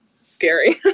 scary